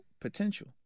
potential